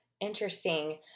Interesting